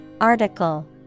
Article